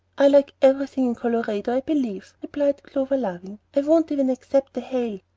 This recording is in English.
i like everything in colorado, i believe, replied clover, laughing. i won't even except the hail.